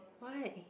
why